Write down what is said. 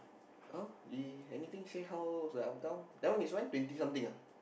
how he anything say how the outcome that one is when twenty something ah